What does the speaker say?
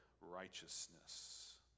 righteousness